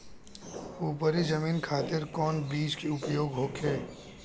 उपरी जमीन खातिर कौन बीज उपयोग होखे?